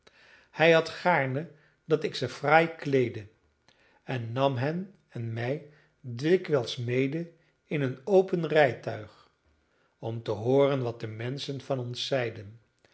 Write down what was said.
hij had gaarne dat ik ze fraai kleedde en nam hen en mij dikwijls mede in een open rijtuig om te hooren wat de menschen van ons zeiden